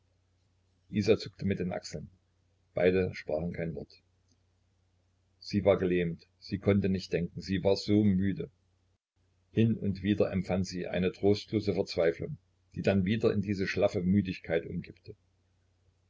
zuckte mit den achseln beide sprachen kein wort sie war gelähmt sie konnte nicht denken sie war so müde hin und wieder empfand sie eine trostlose verzweiflung die dann wieder in diese schlaffe müdigkeit umkippte